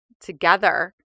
together